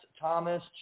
Thomas